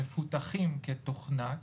מפותחים כתוכנה,